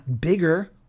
bigger